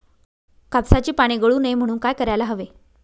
कापसाची पाने गळू नये म्हणून काय करायला हवे?